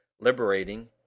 liberating